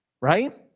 right